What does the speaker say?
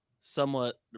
Somewhat